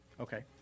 Okay